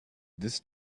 this